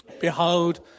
Behold